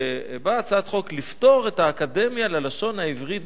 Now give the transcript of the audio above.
באה הצעת חוק לפטור את האקדמיה ללשון העברית מארנונה.